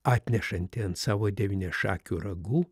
atnešantį ant savo devyniašakių ragų